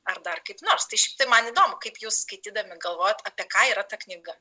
ar dar kaip nors tai šiaip tai man įdomu kaip jų skaitydami galvojot apie ką yra ta knyga